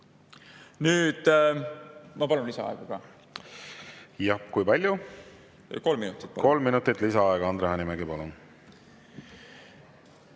Nüüd … Ma palun lisaaega ka. Jah. Kui palju? Kolm minutit palun! Kolm minutit lisaaega. Andre Hanimägi, palun!